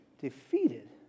defeated